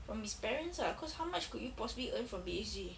from his parents ah cause how much could you possibly earn from B_H_G